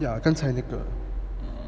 ya 刚才那个